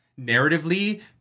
narratively